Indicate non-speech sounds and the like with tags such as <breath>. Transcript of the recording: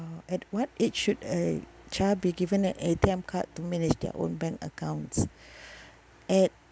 at what age should a child be given an A_T_M card to manage their own bank accounts <breath> at